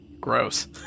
Gross